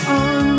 on